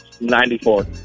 Ninety-four